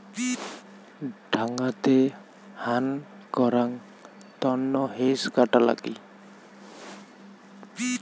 ডাঙাতে হান করাং তন্ন হেজ কাটা লাগি